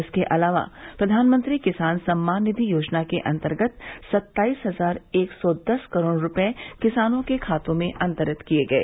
इसके अलावा प्रधानमंत्री किसान सम्मान निधि योजना के अन्तर्गत सत्ताईस हजार एक सौ दस करोड़ रूपये किसानों के खातों में अंतरित किए गए